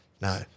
No